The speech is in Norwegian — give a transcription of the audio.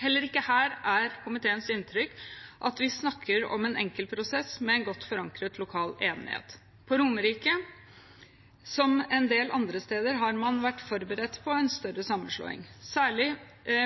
Heller ikke her er komiteens inntrykk at vi snakker om en enkel prosess med en godt forankret lokal enighet. På Romerike, som en del andre steder, har man vært forberedt på en større sammenslåing, særlig